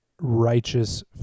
righteous